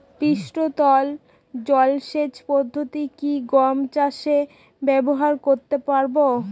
পৃষ্ঠতল জলসেচ পদ্ধতি কি গম চাষে ব্যবহার করতে পারব?